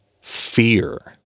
fear